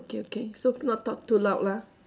okay okay so do not talk too loud lah